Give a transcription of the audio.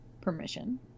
permission